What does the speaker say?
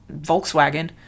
Volkswagen